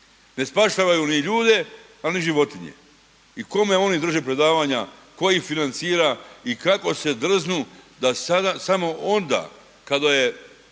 Ne spašavaju ni ljude ali ni životinje. I kome oni drže predavanja? Tko ih financira i kako se drznu da samo onda kada je